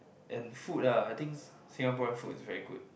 and food lah I think Singaporean food is very good